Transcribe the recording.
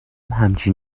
همچین